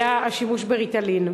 האלה היה השימוש ב"ריטלין".